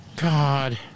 God